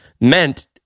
meant